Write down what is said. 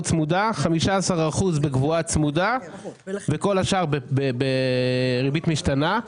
לא צמודה; 15% בקבועה צמודה; וכל השאר בריבית משתנה.